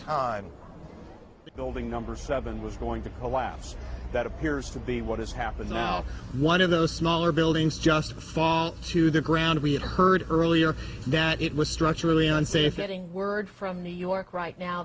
building number seven was going to collapse that appears to be what has happened now one of the smaller buildings just huge the ground we heard earlier that it was structurally unsafe getting word from new york right now